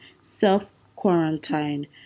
self-quarantine